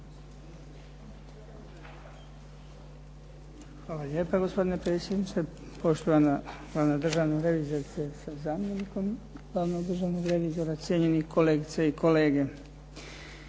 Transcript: Hvala lijepa, gospodine predsjedniče. Poštovani članovi Državne revizije sa zamjenikom Glavnog državnog revizora. Cijenjeni kolegice i kolege.